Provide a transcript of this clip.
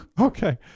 okay